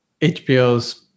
HBO's